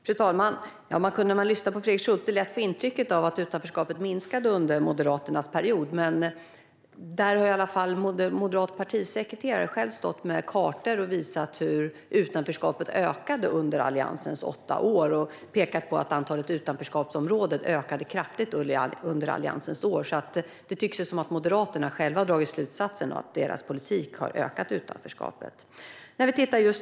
Fru talman! När man lyssnar på Fredrik Schulte kan man lätt få intrycket att utanförskapet minskade under Moderaternas period vid makten, men Moderaternas partisekreterare har själv stått med kartor och visat hur utanförskapet ökade under Alliansens åtta år. Antalet utanförskapsområden ökade kraftigt under de åren. Moderaterna tycks alltså själva ha dragit slutsatsen att deras politik har ökat utanförskapet.